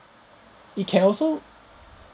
it can also